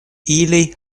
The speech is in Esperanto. ili